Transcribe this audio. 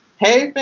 hey, fam!